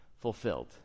fulfilled